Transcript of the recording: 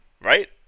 right